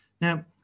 Now